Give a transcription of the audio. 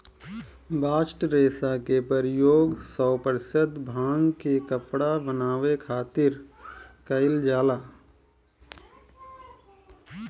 bast रेशा के प्रयोग सौ प्रतिशत भांग के कपड़ा बनावे खातिर कईल जाला